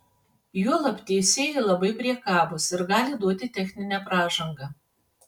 juolab teisėjai labai priekabūs ir gali duoti techninę pražangą